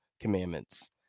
commandments